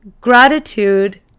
Gratitude